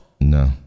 No